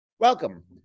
Welcome